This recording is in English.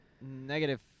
Negative